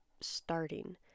starting